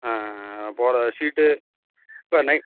ஆ ஆ ஆ போகிற சீட்டு இப்போ நைட்